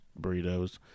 burritos